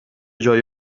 جای